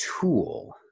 tool